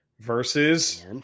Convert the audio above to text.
versus